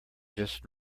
just